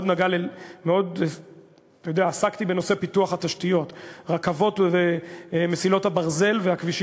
יש גם התוכנית לתחבורה ציבורית ושדרוגה.